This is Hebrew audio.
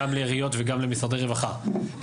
גם לעיריות וגם למשרד הרווחה,